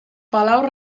palau